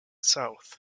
south